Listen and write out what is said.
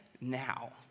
now